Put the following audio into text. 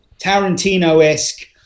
Tarantino-esque